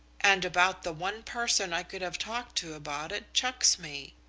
and about the one person i could have talked to about it chucks me.